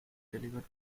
delivered